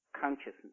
consciousness